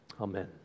amen